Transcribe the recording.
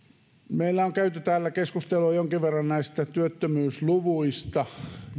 meillä on käyty täällä keskustelua jonkin verran näistä työttömyysluvuista